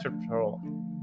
patrol